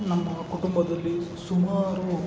ನಮ್ಮ ಕುಟುಂಬದಲ್ಲಿ ಸುಮಾರು